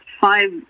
five